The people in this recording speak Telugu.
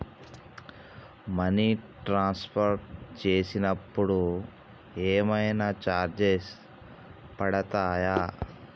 మనీ ట్రాన్స్ఫర్ చేసినప్పుడు ఏమైనా చార్జెస్ పడతయా?